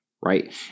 Right